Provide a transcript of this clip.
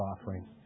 offering